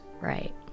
Right